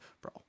bro